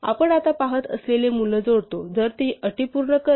आपण आता पाहत असलेले मूल्य जोडतो जर ते अटी पूर्ण करते